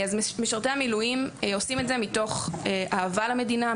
משרתי המילואים עושים את זה מתוך אהבה למדינה,